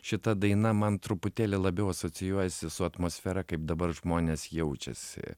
šita daina man truputėlį labiau asocijuojasi su atmosfera kaip dabar žmonės jaučiasi